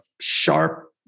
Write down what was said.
sharp